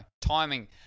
Timing